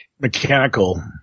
Mechanical